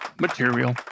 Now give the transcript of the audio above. material